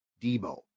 Debo